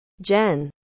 Jen